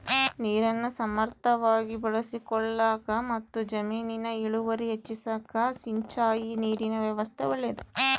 ನೀರನ್ನು ಸಮರ್ಥವಾಗಿ ಬಳಸಿಕೊಳ್ಳಾಕಮತ್ತು ಜಮೀನಿನ ಇಳುವರಿ ಹೆಚ್ಚಿಸಾಕ ಸಿಂಚಾಯಿ ನೀರಿನ ವ್ಯವಸ್ಥಾ ಒಳ್ಳೇದು